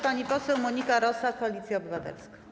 Pani poseł Monika Rosa, Koalicja Obywatelska.